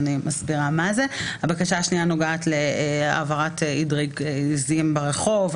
הבקשה השנייה נוגעת להעברת עדר עיזים ברחוב,